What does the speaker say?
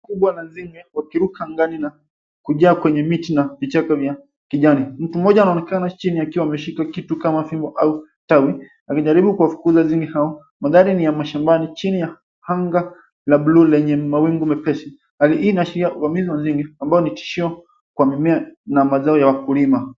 ...kubwa na nzige wakiruka angani na kujaa kwenye miti na vichaka vya kijani. Mtu mmoja anaonekana chini akiwa ameshika kitu kama fimbo au tawi, akijaribu kuwafukuza nzige hao. Mandhari ni ya mashambani chini ya anga la blue lenye mawingu mepesi. Hali hii inaashiria uvamizi wa nzige ambao ni tishio kwa mimea na mazao ya wakulima.